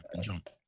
jump